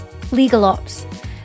LegalOps